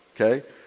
Okay